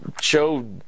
show